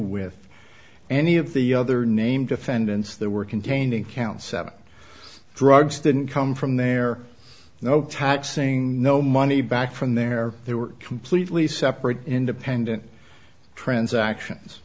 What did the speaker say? with any of the other name defendants that were contained in count seven drugs didn't come from there no taxing no money back from there there were completely separate independent transactions